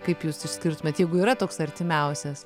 kaip jūs išskirtumėt jeigu yra toks artimiausias